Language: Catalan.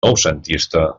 noucentista